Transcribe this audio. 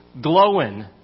glowing